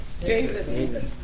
David